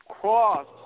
cross